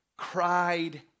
cried